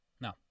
No